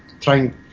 trying